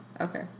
Okay